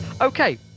okay